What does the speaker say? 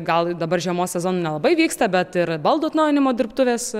gal dabar žiemos sezonu nelabai vyksta bet ir baldų atnaujinimo dirbtuves